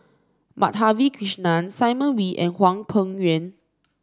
Madhavi Krishnan Simon Wee and Hwang Peng Yuan